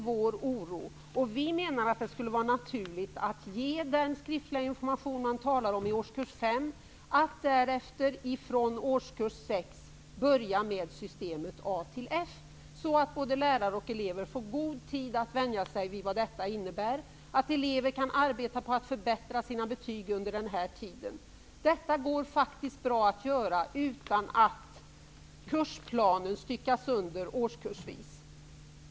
Vi menar att det skulle vara naturligt att ge den skriftliga information man talar om i årskurs 5 och att därefter börja med systemet A -- F från årskurs 6, så att både lärare och elever får god tid att vänja sig vid vad detta innebär och så att eleverna kan arbeta på att förbättra sina betyg under den här tiden. Detta går faktiskt bra att göra utan att kursplanen styckas sönder årskursvis.